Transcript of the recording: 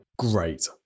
Great